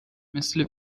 مثل